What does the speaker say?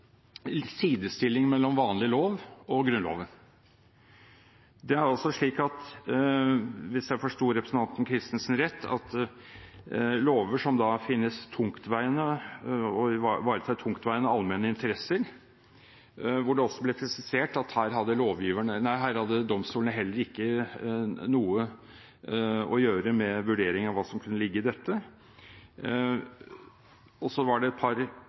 sidestilling mellom vanlig lov og grunnlov. Det er også slik – hvis jeg forsto representanten Christensen rett – at i lover som finnes tungtveiende og ivaretar tungtveiende allmenne interesser, hvor det også ble presisert at her hadde domstolene heller ikke noe å gjøre med vurdering av hva som kunne ligge i dette, var det et par